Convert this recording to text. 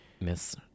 miss